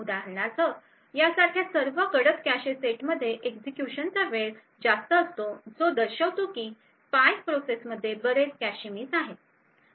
उदाहरणार्थ यासारख्या सर्व गडद कॅशे सेटमध्ये एक्झिक्युशनचा वेळ जास्त असतो जो दर्शवितो की स्पाय प्रोसेसमध्ये बरेच कॅशे मिस आहे